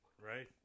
Right